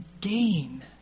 gain